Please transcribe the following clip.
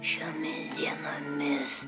šiomis dienomis